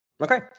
Okay